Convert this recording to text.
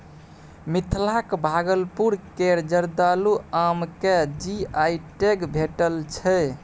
मिथिलाक भागलपुर केर जर्दालु आम केँ जी.आई टैग भेटल छै